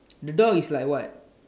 the dog is like what